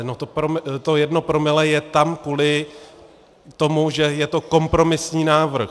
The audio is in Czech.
No, to jedno promile je tam kvůli tomu, že je to kompromisní návrh.